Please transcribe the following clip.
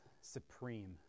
supreme